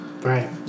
Right